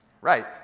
Right